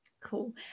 cool